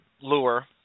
lure